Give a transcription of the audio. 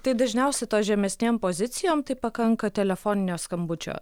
tai dažniausiai tom žemesnėm pozicijom taip pakanka telefoninio skambučio